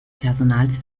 personals